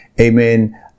amen